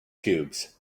cubes